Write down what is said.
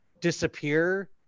disappear